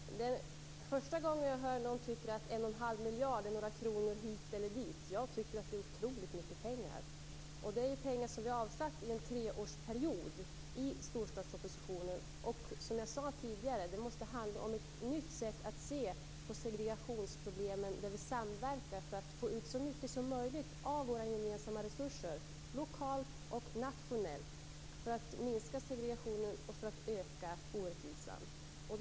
Fru talman! Det är första gången jag hör någon som tycker att en och en halv miljard är några kronor hit eller dit. Jag tycker att det är otroligt mycket pengar. Det är pengar som vi har avsatt för en treårsperiod i storstadspropositionen. Som jag sade tidigare måste det handla om ett nytt sätt att se på segregationsproblemen. Vi skall samverka för att lokalt och nationellt få ut så mycket som möjligt av våra gemensamma resurser, så vi kan minska segregationen och orättvisan.